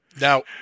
Now